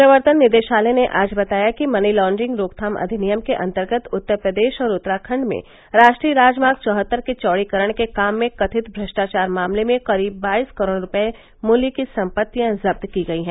प्रवर्तन निदेशालय ने आज बताया कि मनी लॉन्ड्रिंग रोकथाम अधिनियम के अंतर्गत उत्तर प्रदेश और उत्तराखंड में राष्ट्रीय राजमार्ग चौहत्तर के चौड़ीकरण के काम में कथित भ्रष्टाचार मामले में करीब बाईस करोड़ रूपये मूल्य की सम्पत्तियां जब्त की गई हैं